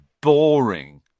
boring